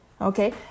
Okay